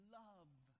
love